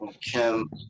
Kim